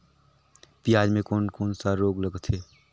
पियाज मे कोन कोन सा रोग लगथे?